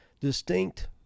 distinct